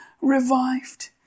revived